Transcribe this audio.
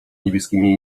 niebieskimi